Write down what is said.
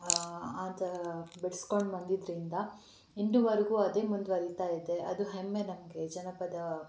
ಆ ಥರ ಬಿಡ್ಸ್ಕೊಂಡು ಬಂದಿದ್ದರಿಂದ ಇದುವರೆಗೂ ಅದೇ ಮುಂದುವರಿತಾ ಇದೆ ಅದು ಹೆಮ್ಮೆ ನಮಗೆ ಜನಪದ